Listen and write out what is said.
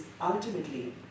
ultimately